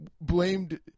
blamed